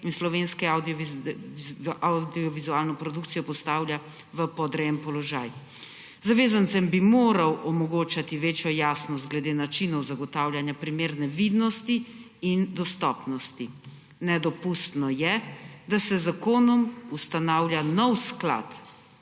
in slovensko avdiovizualno produkcijo postavlja v podrejen položaj. Zavezancem bi moral omogočati večjo jasnost glede načinov zagotavljanja primerne vidnosti in dostopnosti. Nedopustno je, da se z zakonom ustanavlja nov sklad,